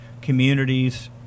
communities